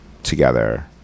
Together